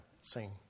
sing